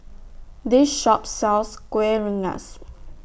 This Shop sells Kuih Rengas